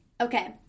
Okay